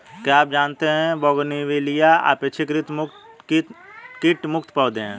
क्या आप जानते है बोगनवेलिया अपेक्षाकृत कीट मुक्त पौधे हैं?